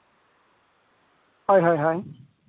ᱦᱳᱭ ᱦᱳᱭ ᱦᱳᱭ